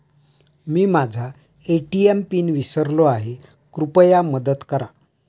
मी माझा ATM pin विसरलो आहे, कृपया मदत करा